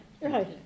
Right